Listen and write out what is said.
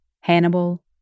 Hannibal